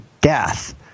death